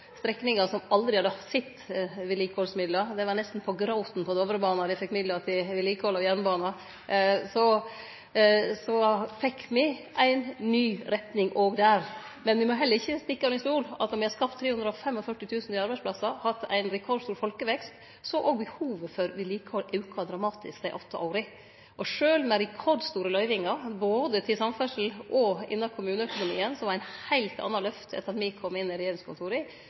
strekningar som aldri hadde sett vedlikehaldsmidlar. Dei var nesten på gråten då dei fekk midlar til vedlikehald av Dovrebana. Me fekk ei ny retning òg der. Men vi må heller ikkje stikke under stol at når me har skapt 345 000 nye arbeidsplassar og hatt ein rekordstor folkevekst, har òg behovet for vedlikehald auka dramatisk desse åtte åra. Sjølv med rekordstore løyvingar både til samferdsle og innan kommuneøkonomien, som fekk eit heilt anna lyft etter at me kom inn i regjeringskontora,